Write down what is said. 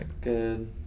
Good